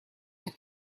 that